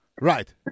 Right